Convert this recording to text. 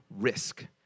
risk